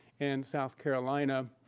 and south carolina.